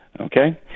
Okay